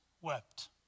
wept